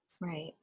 Right